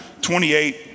28